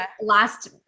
Last